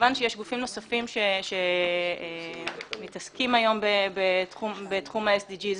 כמובן שיש גופים נוספים שמתעסקים היום בתחום ה-SDGs,